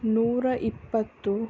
ನೂರ ಇಪ್ಪತ್ತು